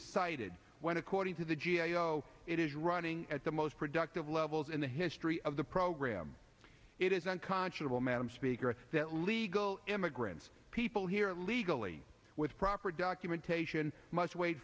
cited when according to the g a o it is running at the most productive levels in the history of the program it is unconscionable madam speaker that legal immigrants people here legally with proper documentation must wait